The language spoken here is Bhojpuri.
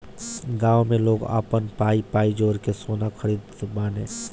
गांव में लोग आपन पाई पाई जोड़ के सोना खरीदत बाने